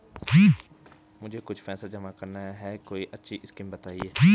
मुझे कुछ पैसा जमा करना है कोई अच्छी स्कीम बताइये?